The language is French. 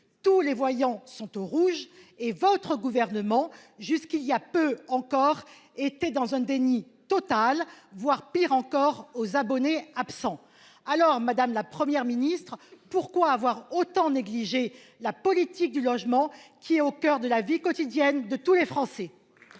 tous les voyants sont au rouge et votre gouvernement jusqu'il y a peu encore été dans un déni total voire pire encore aux abonnés absents. Alors madame, la Première ministre. Pourquoi avoir autant négligé la politique du logement qui est au coeur de la vie quotidienne de tous les Français.